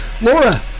Laura